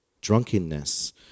drunkenness